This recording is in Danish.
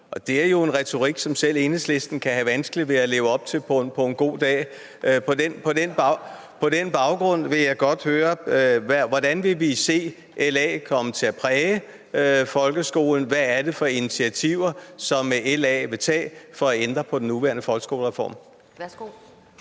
Det er jo en retorik, som selv Enhedslisten kan have vanskeligt ved at leve op til på en god dag, og på den baggrund vil jeg godt høre: Hvordan vil vi se LA komme til at præge folkeskolen? Hvad er det for initiativer, som LA vil tage for at ændre på den nuværende folkeskolereform?